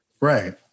Right